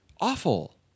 awful